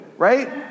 right